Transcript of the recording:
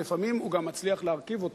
ולפעמים הוא גם מצליח להרכיב אותם,